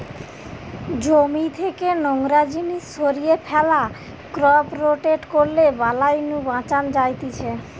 জমি থেকে নোংরা জিনিস সরিয়ে ফ্যালা, ক্রপ রোটেট করলে বালাই নু বাঁচান যায়তিছে